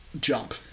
jump